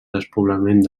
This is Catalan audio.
despoblament